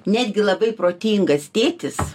netgi labai protingas tėtis